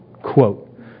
Quote